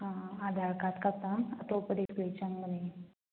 ꯑꯥ Aadhaar card ꯈꯛꯇ ꯑꯇꯣꯞꯄꯗꯤ ꯀꯔꯤ ꯆꯪꯒꯅꯤ